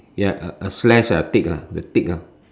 ya a a slash ah tick ah the tick ah